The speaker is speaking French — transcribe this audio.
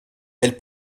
elle